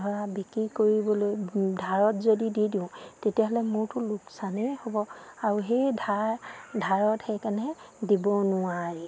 ধৰা বিক্ৰী কৰিবলৈ ধাৰত যদি দি দিওঁ তেতিয়াহ'লে মোৰতো লোকচানেই হ'ব আৰু সেই ধাৰ ধাৰত সেইকাৰণে দিব নোৱাৰি